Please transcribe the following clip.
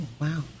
wow